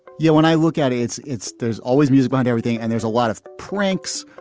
yeah. when i look at it, it's it's there's always music and everything. and there's a lot of pranks,